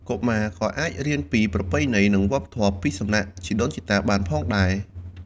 កុមារក៏អាចរៀនពីប្រពៃណី និងវប្បធម៌ ពីសំណាក់ជីដូនជីតាបានផងដែរ។